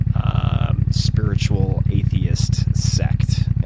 um spiritual, atheist sect.